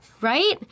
Right